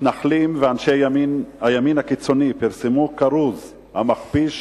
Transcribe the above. מתנחלים ואנשי הימין הקיצוני פרסמו כרוז המכפיש